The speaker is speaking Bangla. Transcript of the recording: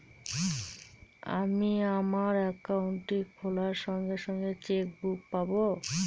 আমি আমার একাউন্টটি খোলার সঙ্গে সঙ্গে চেক বুক পাবো?